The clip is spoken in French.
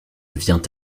vient